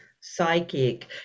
psychic